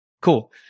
cool